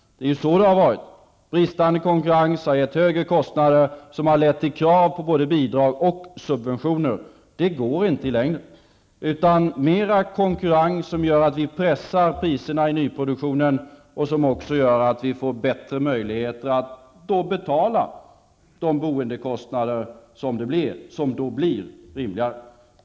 Det är ju så det har varit. Bristande konkurrens har givit högre kostnader, som har lett till krav på både bidrag och subventioner. Det går inte i längden. Det behövs mera av konkurrens som gör att vi pressar priserna i nyproduktionen och får bättre möjligheter att betala de boendekostnader som då blir rimliga.